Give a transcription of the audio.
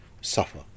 suffer